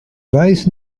weiß